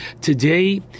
Today